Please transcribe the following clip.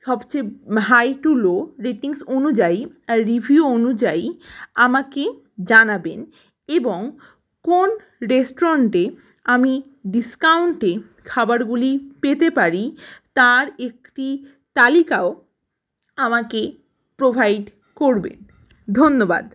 সবচেয়ে high to low ratings অনুযায়ী আর রিভিউ অনুযায়ী আমাকে জানাবেন এবং কোন রেস্টুরেন্টে আমি ডিসকাউন্টে খাবারগুলি পেতে পারি তার একটি তালিকাও আমাকে প্রোভাইড করবেন ধন্যবাদ